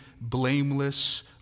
blameless